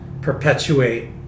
perpetuate